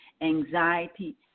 anxiety